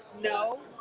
no